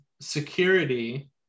security